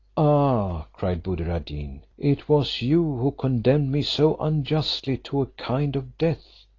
ah! cried buddir ad deen, it was you who condemned me so unjustly to a kind of death,